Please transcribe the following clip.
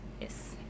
Yes